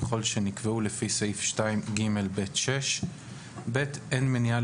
ככל שנקבעו לפי סעיף 2ג(ב)(6); (ב)אין מניעה